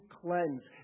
cleanse